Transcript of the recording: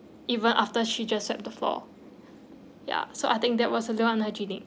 even after she just swept the floor ya so I think that was a little unhygienic